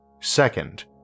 Second